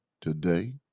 today